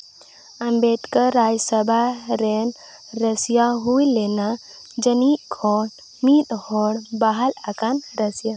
ᱟᱢᱵᱮᱫᱠᱚᱨ ᱨᱟᱡᱽ ᱥᱚᱵᱷᱟ ᱨᱮᱱ ᱨᱟᱹᱥᱭᱟᱹ ᱦᱩᱭ ᱞᱮᱱᱟ ᱡᱟᱹᱱᱤᱡ ᱠᱷᱚᱱ ᱢᱤᱫ ᱦᱚᱲ ᱵᱟᱦᱟᱞ ᱟᱠᱟᱱ ᱨᱟᱹᱥᱭᱟᱹ